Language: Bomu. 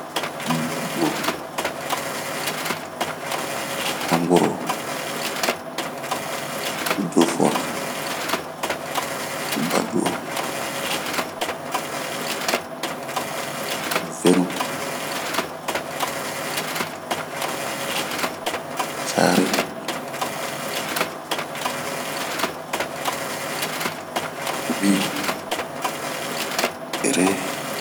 duo, baduo ,hanbworo ,dufwɔa ,baduo,,,ŋenu, care ,,mii, pere.